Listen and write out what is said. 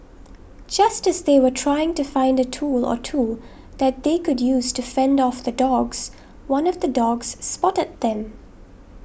just as they were trying to find a tool or two that they could use to fend off the dogs one of the dogs spotted them